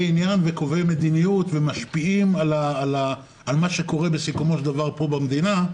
עניין וקובעי מדיניות שמשפיעים על מה שקורה בסיכומו של דבר פה במדינה.